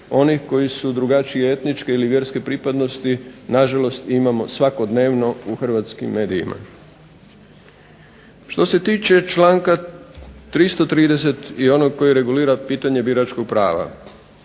onih koji su drugačije etničke ili vjerske pripadnosti na žalost imamo svakodnevno u Hrvatskim medijima. /Loša snimka, ne čuje se/...općenito cijele glave koja regulira pitanje biračkog prava.